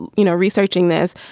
you know, researching this,